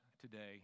today